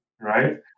right